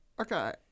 Okay